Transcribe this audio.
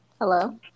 Hello